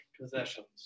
possessions